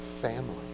family